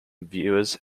viewers